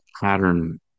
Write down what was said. pattern